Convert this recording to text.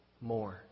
more